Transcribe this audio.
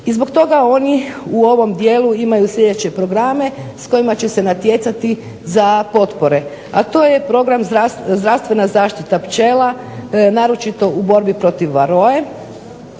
I zbog toga oni u ovom dijelu imaju sljedeće programe s kojima će se natjecati za potpore, a to je program zdravstvena zaštita pčela naročito u borbi protiv varoje